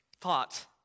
thought